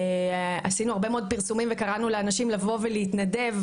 עשינו הרבה מאוד פרסומים וקראנו לאנשים לבוא ולהתנדב.